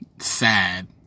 sad